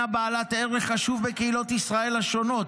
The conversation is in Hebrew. בעלת ערך חשוב בקהילות ישראל השונות,